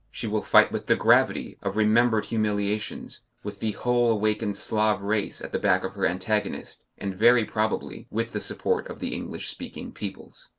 she will fight with the gravity of remembered humiliations, with the whole awakened slav-race at the back of her antagonist, and very probably with the support of the english-speaking peoples.